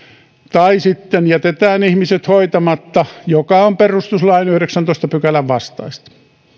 tai sitten jätetään ihmiset hoitamatta mikä on perustuslain yhdeksännentoista pykälän vastaista